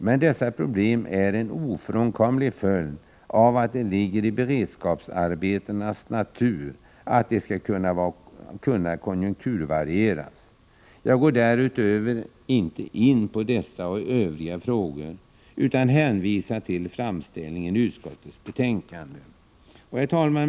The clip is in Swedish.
Men dessa problem är en ofrånkomlig följd av att beredskapsarbetena måste kunna konjunkturvarieras. Jag går därutöver inte in på dessa och övriga frågor utan hänvisar till framställningen i utskottets betänkande. Herr talman!